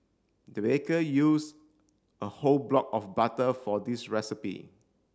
the baker use a whole block of butter for this recipe